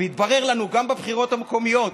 התברר לנו, גם בבחירות המקומיות,